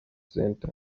center